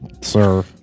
Sir